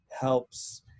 helps